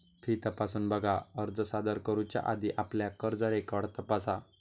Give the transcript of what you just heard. fee तपासून बघा, अर्ज सादर करुच्या आधी आपला कर्ज रेकॉर्ड तपासा